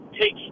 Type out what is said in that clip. take